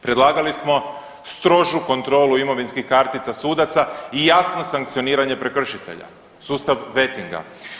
Predlagali smo strožu kontrolu imovinskih kartica sudaca i jasno sankcioniranje prekršitelja, sustav vetinga.